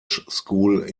school